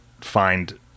find